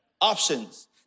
options